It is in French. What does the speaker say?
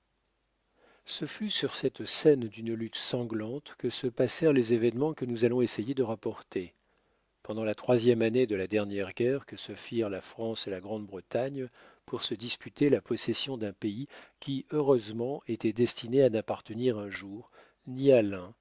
ce fut sur cette scène d'une lutte sanglante que se passèrent les événements que nous allons essayer de rapporter pendant la troisième année de la dernière guerre que se firent la france et la grande-bretagne pour se disputer la possession d'un pays qui heureusement était destiné à n'appartenir un jour ni à l'une